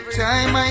time